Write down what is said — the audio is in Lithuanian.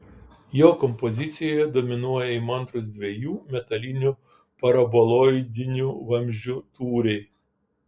jo kompozicijoje dominuoja įmantrūs dviejų metalinių paraboloidinių vamzdžių tūriai